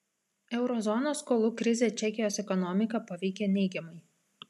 euro zonos skolų krizė čekijos ekonomiką paveikė neigiamai